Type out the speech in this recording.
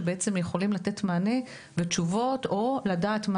והם יכולים לתת מענה ותשובות ולדעת מה